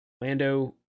Lando